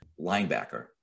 linebacker